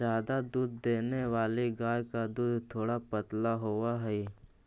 ज्यादा दूध देने वाली गाय का दूध थोड़ा पतला होवअ हई